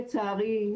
לצערי,